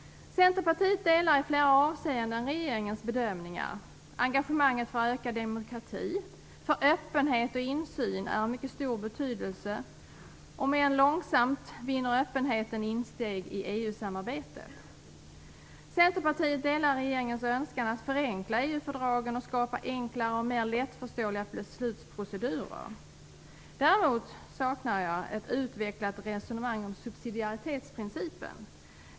Centerpartiet delar i flera avseenden regeringens bedömningar. Engagemanget för ökad demokrati, för öppenhet och insyn är av mycket stor betydelse och - om än långsamt - vinner öppenheten insteg i EU samarbetet. Centerpartiet delar regeringens önskan att förenkla EU-fördragen och skapa enklare och mer lättförståeliga beslutsprocedurer. Däremot saknar jag ett utvecklat resonemang om subsidiaritetsprincipen.